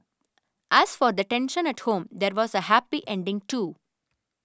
as for the tension at home there was a happy ending too